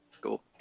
cool